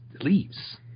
leaves